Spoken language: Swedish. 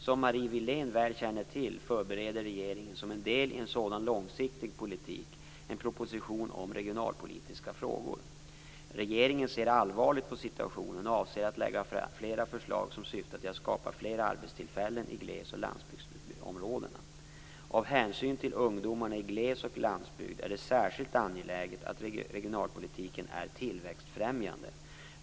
Som Marie Wilén väl känner till förbereder regeringen, som en del i en sådan långsiktig politik, en proposition om regionalpolitiska frågor. Regeringen ser allvarligt på situationen och avser att lägga fram flera förslag som syftar till att skapa fler arbetstillfällen i gles och landsbygdsområden. Av hänsyn till ungdomarna i gles och landsbygd är det särskilt angeläget att regionalpolitiken är tillväxtfrämjande.